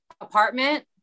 apartment